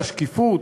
של השקיפות,